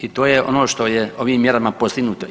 I to je ono što je ovim mjerama postignuto.